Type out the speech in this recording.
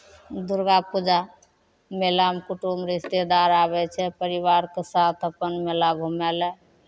दुर्गा पूजा मेलामे कुटुम रिश्तेदार आबै छै परिवारके साथ अपन मेला घुमय लए